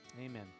Amen